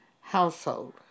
household